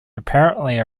apparently